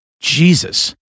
Jesus